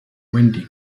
wendy